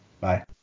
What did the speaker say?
Bye